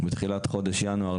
בתחילת חודש ינואר,